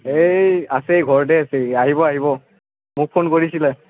এই আছেই ঘৰতে আছেই আহিব আহিব মোক ফোন কৰিছিলে